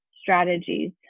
strategies